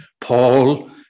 Paul